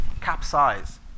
capsize